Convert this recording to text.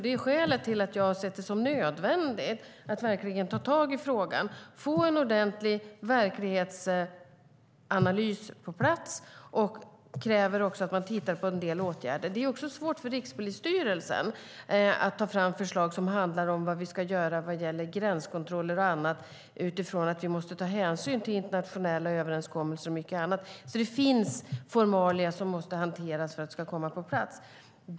Det är skälet till att jag har sett det som nödvändigt att verkligen ta tag i frågan och få en ordentlig verklighetsanalys på plats. Jag kräver också att man tittar på en del åtgärder. Det är svårt för Rikspolisstyrelsen att ta fram förslag som handlar om vad vi ska göra vad gäller gränskontroller och annat utifrån att vi måste ta hänsyn till internationella överenskommelser och mycket annat. Det finns formalia som måste hanteras för att det ska komma på plats.